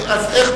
אז איך,